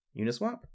uniswap